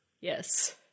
Yes